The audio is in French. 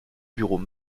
bureau